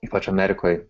ypač amerikoje